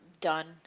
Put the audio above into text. done